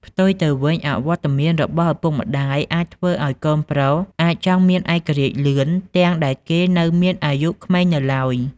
ផ្ទុយទៅវិញ អវត្តមានរបស់ឪពុកម្ដាយអាចធ្វើឱ្យកូនប្រុសអាចចង់មានឯករាជ្យលឿន ទាំងដែលគេនៅមានអាយុក្មេងនៅឡើយ។